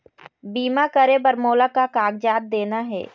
बीमा करे बर मोला का कागजात देना हे?